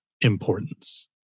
importance